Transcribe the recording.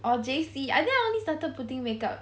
or J_C I think I only started putting make up